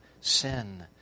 sin